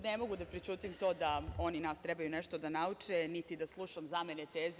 Ne mogu da prećutim to da oni nas trebaju nešto da nauče, niti da slušam zamene teza.